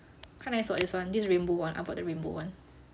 quite nice [what] this one this rainbow one I bought the rainbow one